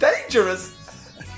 dangerous